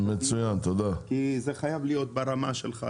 כי זה חייב להיות ברמה שלך,